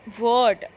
word